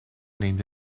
named